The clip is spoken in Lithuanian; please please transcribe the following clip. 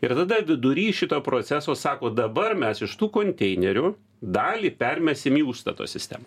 ir tada vidury šito proceso sako dabar mes iš tų konteinerių dalį permesim į užstato sistemą